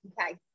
Okay